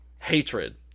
hatred